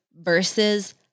versus